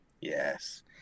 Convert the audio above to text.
yes